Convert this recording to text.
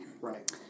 Right